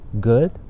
good